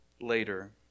later